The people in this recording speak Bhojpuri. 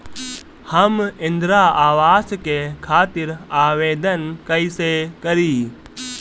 हम इंद्रा अवास के खातिर आवेदन कइसे करी?